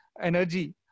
energy